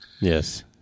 Yes